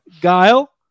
Guile